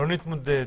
לא להתמודד,